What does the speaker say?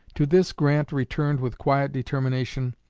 to this grant returned with quiet determination